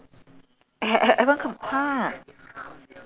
eh eh I want to !huh!